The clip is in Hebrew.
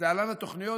להלן התוכניות,